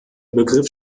begriff